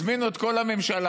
הזמינו את כל הממשלה,